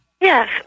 Yes